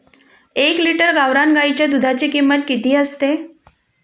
एक लिटर गावरान गाईच्या दुधाची किंमत किती असते?